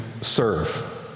serve